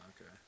Okay